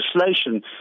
legislation